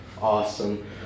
awesome